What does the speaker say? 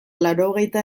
laurogeita